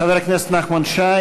חבר הכנסת נחמן שי